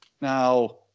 Now